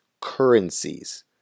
currencies